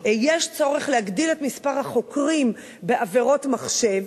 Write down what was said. יש צורך להגדיל את מספר החוקרים בעבירות מחשב,